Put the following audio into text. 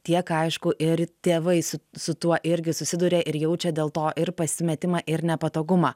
tiek aišku ir tėvai su tuo irgi susiduria ir jaučia dėl to ir pasimetimą ir nepatogumą